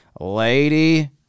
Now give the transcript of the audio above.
lady